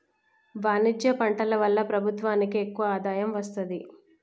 వాణిజ్య పంటల వల్ల ప్రభుత్వానికి ఎక్కువ ఆదాయం వస్తది